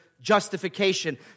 Justification